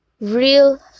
Real